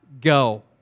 go